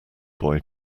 boy